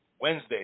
Wednesday